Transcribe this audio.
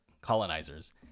colonizers